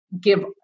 give